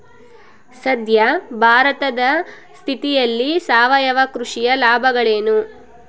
ಸದ್ಯ ಭಾರತದ ಸ್ಥಿತಿಯಲ್ಲಿ ಸಾವಯವ ಕೃಷಿಯ ಲಾಭಗಳೇನು?